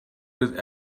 with